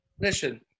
listen